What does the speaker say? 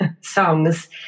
songs